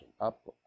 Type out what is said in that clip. up